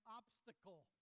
obstacle